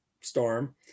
storm